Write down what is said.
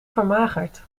vermagerd